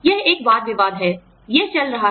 यह एक वाद विवाद है यह चल रहा है